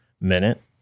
minute